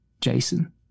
Jason